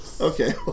Okay